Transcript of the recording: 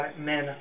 men